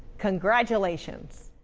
congratulations.